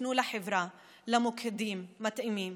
תפנו לחברה, למוקדים מתאימים.